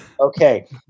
Okay